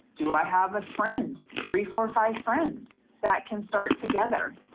do i have a friend three, four or five friends that can start together?